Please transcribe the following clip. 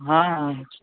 હા